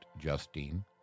Justine